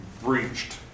breached